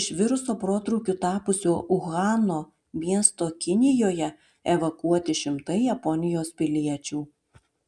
iš viruso protrūkiu tapusio uhano miesto kinijoje evakuoti šimtai japonijos piliečių